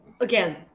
again